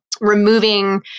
removing